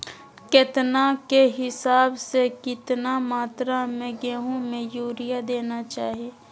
केतना के हिसाब से, कितना मात्रा में गेहूं में यूरिया देना चाही?